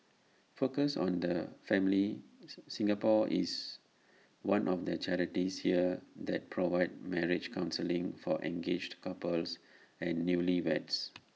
focus on the family Singapore is one of the charities here that provide marriage counselling for engaged couples and newlyweds